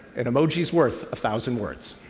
an emoji's worth a thousand words.